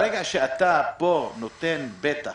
ברגע שאתה נותן פה פתח